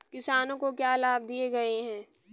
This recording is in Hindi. किसानों को क्या लाभ दिए गए हैं?